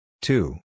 two